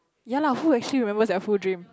ya lah who actually remember their full dream